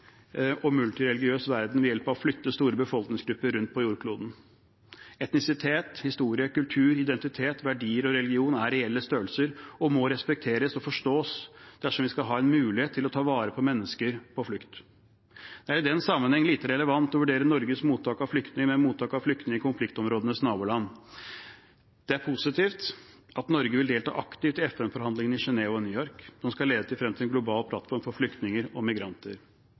og multireligiøs verden ved hjelp av å flytte store befolkningsgrupper rundt på jordkloden. Etnisitet, historie, kultur, identitet, verdier og religion er reelle størrelser og må respekteres og forstås dersom vi skal ha en mulighet til å ta vare på mennesker på flukt. Det er i den sammenheng lite relevant å vurdere Norges mottak av flyktninger i konfliktområdenes naboland. Det er positivt at Norge vil delta aktivt i FN-forhandlingene i Genève og New York som skal lede frem til en global plattform for flyktninger og migranter.